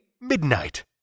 midnight